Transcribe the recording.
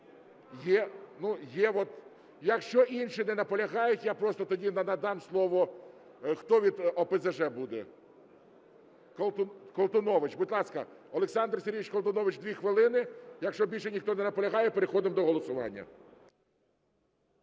Є. Якщо інші не наполягають, я просто тоді надам слово… Хто від ОПЗЖ буде? Колтунович. Будь ласка, Олександр Сергійович Колтунович, 2 хвилини. Якщо більше ніхто не наполягає, переходимо до голосування.